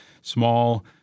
small